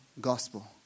gospel